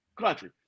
country